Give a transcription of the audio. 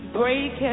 break